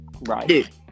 Right